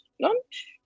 Lunch